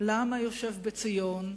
לעם היושב בציון,